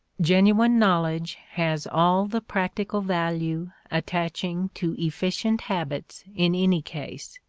genuine knowledge has all the practical value attaching to efficient habits in any case.